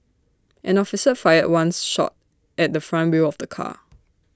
an officer fired one shot at the front wheel of the car